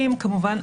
כמובן,